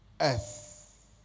earth